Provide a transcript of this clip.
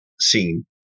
scene